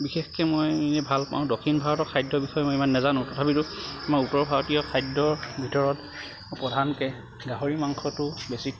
বিশেষকৈ মই ভাল পাওঁ দক্ষিণ ভাৰতৰ খাদ্যৰ বিষয়ে মই ইমান নাজানো তথাপিতো আমাৰ উত্তৰ ভাৰতীয় খাদ্যৰ ভিতৰত প্ৰধানকৈ গাহৰি মাংসটো বেছি